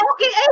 Okay